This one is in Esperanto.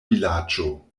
vilaĝo